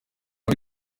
aba